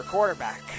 Quarterback